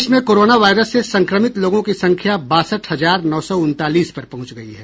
देश में corona virus से संक्रमित लोगों की संख्या बासठ हजार नौ सौ उनतालीस पर पहुंच गयी है